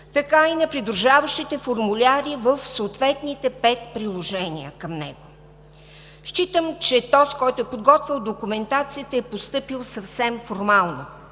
така и на придружаващите формуляри в съответните пет приложения към него. Считам, че този, който е подготвил документацията, е постъпил съвсем формално.